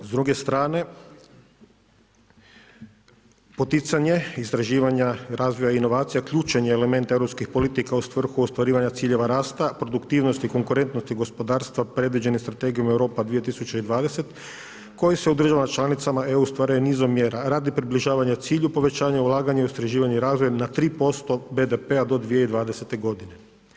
S druge strane, poticanje istraživanja i razvoja inovacija ključan je element europskih politika u svrhu ostvarivanja ciljeva rasta, produktivnosti i konkurentnosti gospodarstva predviđene Strategijom Europa 2020. koji se u državama članicama EU ostvaruje nizom mjera radi približavanja cilju, povećanje ulaganja u istraživanje i razvoj na 3% BDP-a do 2020. godine.